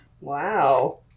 Wow